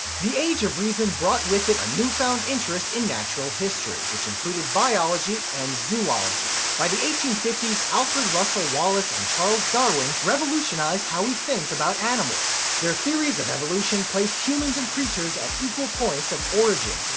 the age of reason brought with it a newfound interest in natural history, which included biology and zoology. by the fifty s, alfred russel wallace and charles darwin revolutionized how we think about animals. their theories of evolution placed humans and creatures at equal points of origin,